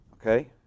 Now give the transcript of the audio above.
Okay